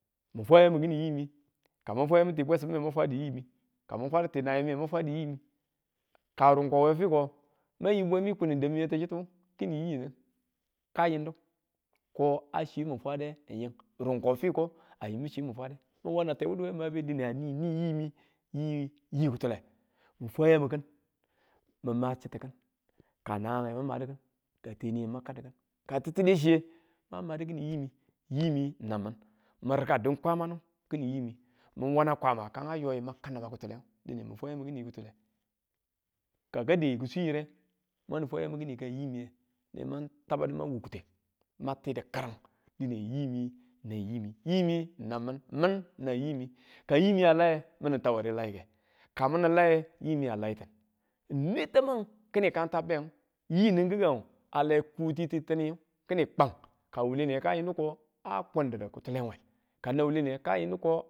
Mi fwa yamu kini yiimi, kaman fwa yamu ti bwesimme ma fwa di yiimi, ka man fwa yam ti nayemiye, ma fwa di yiimi ka rungko we fiko wayi bwemi kun da̱mmi damiye ti chituwu kini yiini ka yindu ko a chi wi fwade n ying rungko fiko a yim chi mi fwade mi wana tewuduwe dine a ni yi yimi yi yi kitule min fwa yamki̱n min ma chitu ki̱n ka naange mam madi ki̱n ka teniye ma kaddi ki̱n ka tittile chiye mang madu kini yimi, yimi n nam min mi rika din kwama nu kini yiimi, min wana kwama kanga yo yi mang kau naba ki̱tule dine min fwa yamu kini yi ki̱tule ka ka dayi kiswe yire wanu fwa yamu kini ka yi miye ne mang tabadu man wu kuteng mang tidu kiring dine yii mi, nang min min nang yiimi ka yiimi a laye min tau ware laike ka mininlaye yiimi a laitin, n nwe taman kini kang ta beng yii ni kingansu a le ku ti̱ttiniyu kini kwang ka wule niye ka yindu ko a kundudu kitule we ka nau wule niya ka yindu ko.